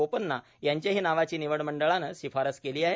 बोपन्ना यांच्याही नावाची निवड मंडळानं शिफारस केली आहे